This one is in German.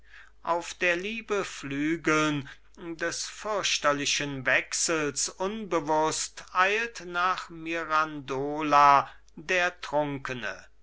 auf der liebe flügeln des fürchterlichen wechsels unbewußt eilt nach mirandola der trunkene